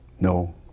No